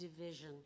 division